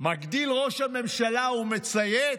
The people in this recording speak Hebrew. מגדיל ראש הממשלה ומצייץ: